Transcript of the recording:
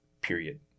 period